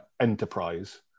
enterprise